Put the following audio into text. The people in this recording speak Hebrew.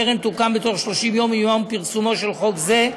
הקרן תוקם בתוך 30 יום מיום פרסומו של חוק זה.